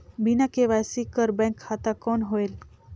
बिना के.वाई.सी कर बैंक खाता कौन होएल?